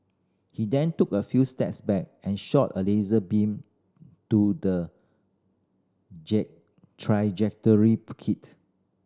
he then took a few steps back and shot a laser beam to the trajectory kit